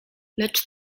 lecz